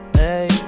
hey